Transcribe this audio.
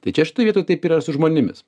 tai čia šitoj vietoj taip yra su žmonėmis